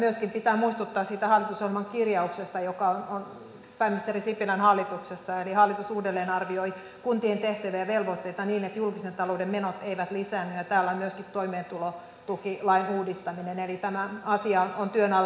myöskin pitää muistuttaa siitä pääministeri sipilän hallitusohjelman kirjauksesta eli hallitus uudelleenarvioi kuntien tehtäviä ja velvoitteita niin että julkisen talouden menot eivät lisäänny täällä on myöskin toimeentulotukilain uudistaminen eli tämä asia on työn alla